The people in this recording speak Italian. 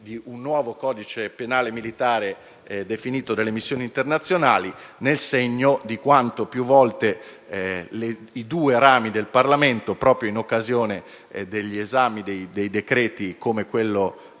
di un nuovo codice penale militare, definito delle missioni internazionali, nel segno di quanto più volte i due rami del Parlamento, proprio in occasione dell'esame dei decreti come quello